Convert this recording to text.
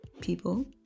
people